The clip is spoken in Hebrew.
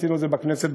עשינו את זה בכנסת,